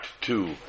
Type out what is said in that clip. two